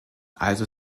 also